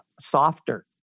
softer